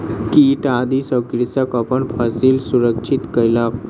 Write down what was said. कीट आदि सॅ कृषक अपन फसिल सुरक्षित कयलक